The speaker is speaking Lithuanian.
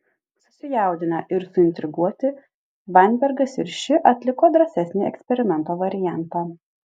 susijaudinę ir suintriguoti vainbergas ir ši atliko drąsesnį eksperimento variantą